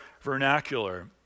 vernacular